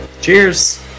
cheers